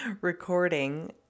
recording